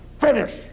Finish